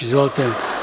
Izvolite.